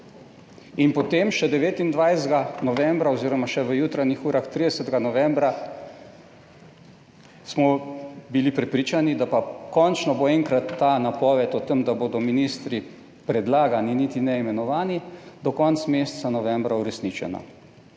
Potem še 29. novembra oz. še v jutranjih urah. 30. novembra smo bili prepričani, da pa končno bo enkrat ta napoved o tem, da bodo ministri predlagani niti ne imenovani do konca meseca novembra uresničena.